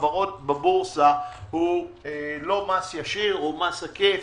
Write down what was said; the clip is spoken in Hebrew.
חברות בבורסה הוא לא מס ישיר אלא עקיף.